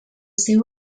seu